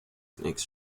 snakes